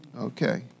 Okay